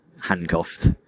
handcuffed